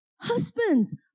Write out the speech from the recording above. husbands